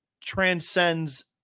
transcends